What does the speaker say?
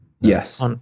Yes